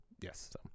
Yes